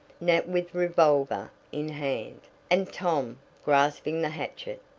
nat with revolver in hand, and tom grasping the hatchet.